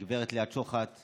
גב' ליאת שוחט,